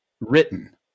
written